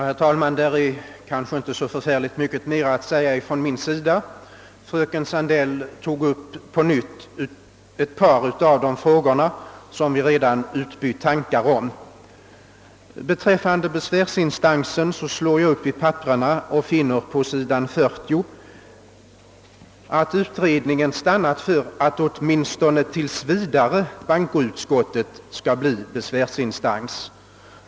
Herr talman! Jag har kanske inte så särskilt mycket att tillägga, eftersom det som fröken Sandell tog upp var ett par av de frågor som vi redan utbytt tankar om. Beträffande besvärsinstansen står på s. 40 i utlåtandet att utredningen har stannat för att bankoutskottet åtminstone tills vidare skall vara besvärsinstans.